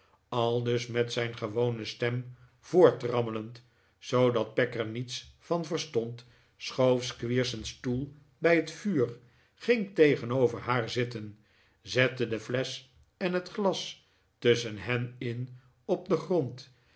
aldus met zijn gewone stem voortrammelend zoodat peg er niets van verstond schoof squeers een stoel bij het vuur ging tegenover haar zitten zette de flesch en het glas tusschen hen in op den grond